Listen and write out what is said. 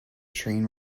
train